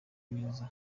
neza